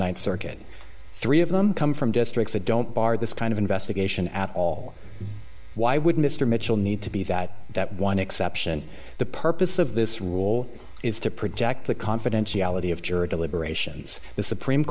th circuit three of them come from districts that don't bar this kind of investigation at all why would mr mitchell need to be that that one exception the purpose of this rule is to protect the confidentiality of jury deliberations the supreme